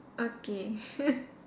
okay